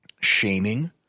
Shaming